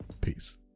Peace